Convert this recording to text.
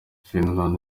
finland